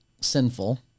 sinful